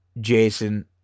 Jason